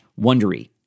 Wondery